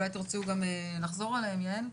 אולי תרצו גם לחזור עליהן, יעל?